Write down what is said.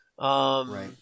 Right